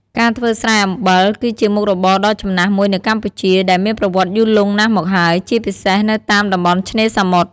ការធ្វើស្រែអំបិល គឺជាមុខរបរដ៏ចំណាស់មួយនៅកម្ពុជា ដែលមានប្រវត្តិយូរលង់ណាស់មកហើយ ជាពិសេសនៅតាមតំបន់ឆ្នេរសមុទ្រ។